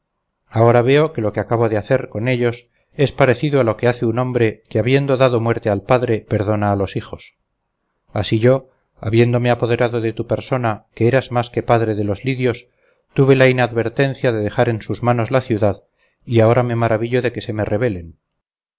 ahora veo que lo que acabo de hacer con ellos es parecido a lo que hace un hombre que habiendo dado muerte al padre perdona a los hijos así yo habiéndome apoderado de tu persona que eras más que padre de los lidios tuve la inadvertencia de dejar en sus manos la ciudad y ahora me maravillo de que se me rebelen